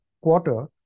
quarter